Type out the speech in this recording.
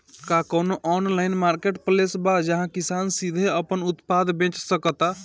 का कोनो online marketplace बा जहां किसान सीधे अपन उत्पाद बेच सकता?